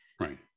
Right